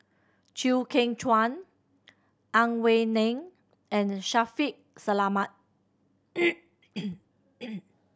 Chew Kheng Chuan Ang Wei Neng and Shaffiq Selamat